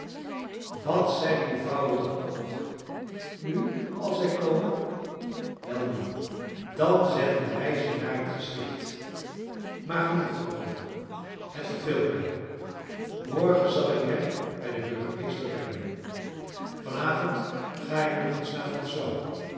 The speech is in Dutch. wat zijn die vrouwen toch koppig nu als zij komen welnu dan zenden wij ze naar het gesticht maar genoeg hierover het verveelt mij morgen zal ik hem bij den burgemeester brengen vanavond ga ik nog eens naar françois